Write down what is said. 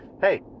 Hey